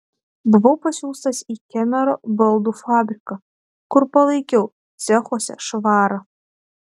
buvau pasiųstas į kemero baldų fabriką kur palaikiau cechuose švarą